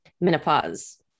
menopause